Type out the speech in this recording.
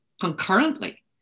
concurrently